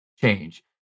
change